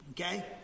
okay